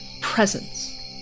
presence